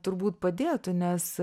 turbūt padėtų nes